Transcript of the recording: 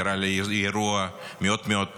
זה נראה לי אירוע מאוד מאוד משונה.